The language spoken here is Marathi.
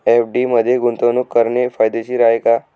एफ.डी मध्ये गुंतवणूक करणे फायदेशीर आहे का?